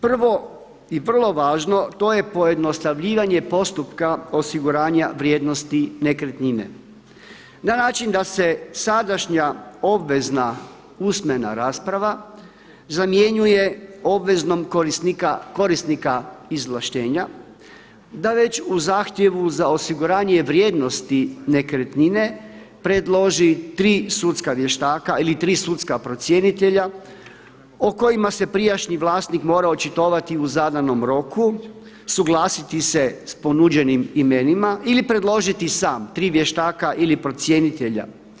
Prvo i vrlo važno to je pojednostavljivanje postupka osiguranja vrijednosti nekretnine na način da se sadašnja obvezna usmena rasprava zamjenjuje obvezom korisnika izvlaštenja, da već u zahtjevu za osiguranje vrijednosti nekretnine predloži tri sudska vještaka ili tri sudska procjenitelja o kojima se prijašnji vlasnik mora očitovati u zadanom roku, suglasiti se sa ponuđenim imenima ili predložiti sam tri vještaka ili procjenitelja.